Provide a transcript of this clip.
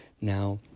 Now